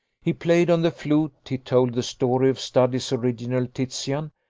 he played on the flute, he told the story of studley's original titian,